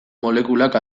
molekulak